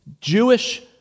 Jewish